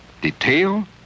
detail